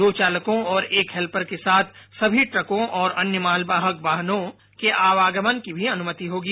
दो चालकों और एक हेल्पर के साथ समी ट्रकों और अन्य मालवाहक वाहनों के आवागमन की भी अनुमति होगी